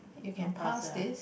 you can pass this